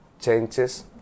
changes